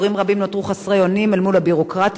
הורים נותרו חסרי אונים אל מול הביורוקרטיה